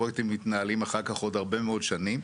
הפרויקטים מתנהלים אחר כך עוד הרבה מאוד שנים.